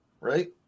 right